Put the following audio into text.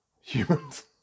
humans